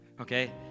okay